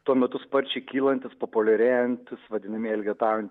tuo metu sparčiai kylantys populiarėjantys vadinamieji elgetaujan